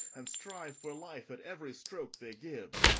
and strive for life at every stroke they give.